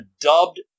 dubbed